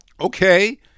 Okay